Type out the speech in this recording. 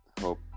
hope